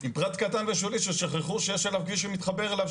עם פרט קטן ושולי ששכחו שיש כביש שמתחבר אליו,